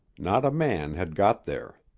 not a man had got there.